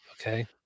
Okay